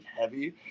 heavy